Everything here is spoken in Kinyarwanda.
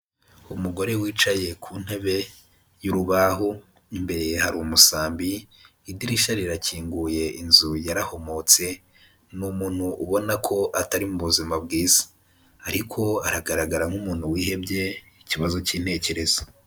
Umugore wicaye ku ntebe y'urubahu imbere hari umusambi, idirishya rirakinguye inzu yarahumotse, ni umuntu ubona ko atari mu buzima bwiza, ariko aragaragara nk'umuntu wihebye ikibazo cy'intekerezo.